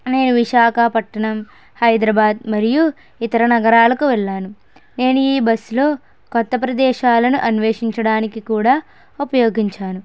నేను విశాఖపట్నం హైదరాబాద్ మరియు ఇతర నగరాలకు వెళ్ళాను నేను ఈ బస్లో కొత్త ప్రదేశాలను అన్వేషించడానికి కూడా ఉపయోగించాను